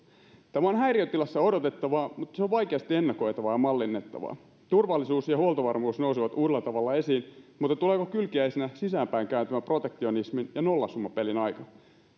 tämä on häiriötilassa odotettavaa mutta se on vaikeasti ennakoitavaa ja mallinnettavaa turvallisuus ja huoltovarmuus nousevat uudella tavalla esiin mutta tuleeko kylkiäisenä sisäänpäin kääntyvän protektionismin ja nollasummapelin aika